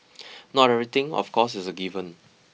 not everything of course is a given